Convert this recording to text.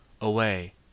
away